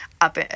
up